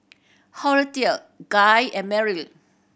Horatio Guy and Meryl